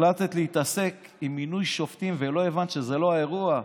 החלטת להתעסק עם מינוי שופטים ולא הבנת שזה לא האירוע.